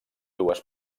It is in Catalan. dues